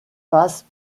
passent